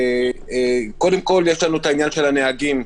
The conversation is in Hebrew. קודם כל, יש העניין של הנהגים.